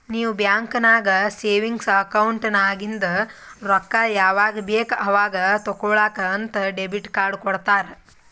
ನೀವ್ ಬ್ಯಾಂಕ್ ನಾಗ್ savings account ನಾಗಿಂದ್ ರೊಕ್ಕಾ ಯಾವಾಗ್ ಬೇಕ್ ಅವಾಗ್ ತೇಕೊಳಾಕ್ ಅಂತ್ ಡೆಬಿಟ್ ಕಾರ್ಡ್ ಕೊಡ್ತಾರ